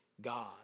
God